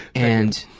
and